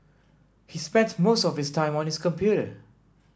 he spent most of his time on his computer